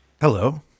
Hello